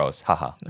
Haha